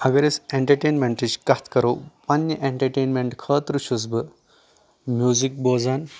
اگر أسۍ اٮ۪نٹرٹینمینٹٕچ کتھ کرو پننہِ اٮ۪نٹرٹینمینٹ خٲطرٕ چھُس بہٕ میوٗزک بوزان